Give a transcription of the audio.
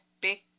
big